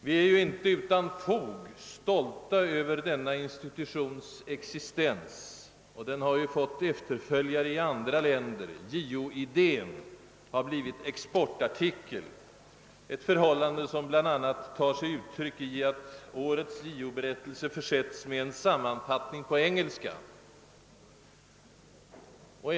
Vi är inte utan fog stolta över denna institutions existens, och den har ju fått efterföljare i andra länder; JO-idén har blivit exportartikel, ett förhållande som bl.a. tar sig uttryck i att årets JO-berättelse försetts med en sammanfattning på engelska språket.